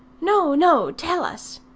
no, no. tell us.